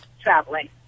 traveling